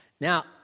Now